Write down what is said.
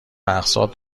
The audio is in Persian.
اقساط